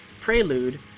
prelude